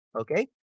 okay